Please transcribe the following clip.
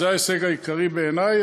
זה ההישג העיקרי בעיני,